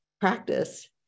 practice